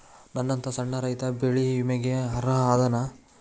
ನನ್ನಂತ ಸಣ್ಣ ರೈತಾ ಬೆಳಿ ವಿಮೆಗೆ ಅರ್ಹ ಅದನಾ?